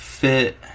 fit